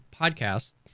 podcast